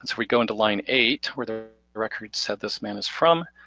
we go into line eight where the record said this man is from.